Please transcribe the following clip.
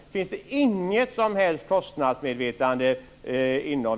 Finns det inte något som helst kostnadsmedvetande inom